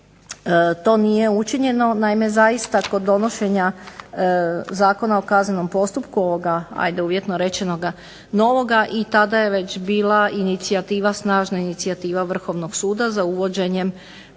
to nije učinjeno? Naime, zaista kod donošenja Zakona o kaznenom postupku ovoga ajde uvjetno rečenoga novoga i tada je već bila inicijativa, snažna inicijativa Vrhovnog suda za uvođenjem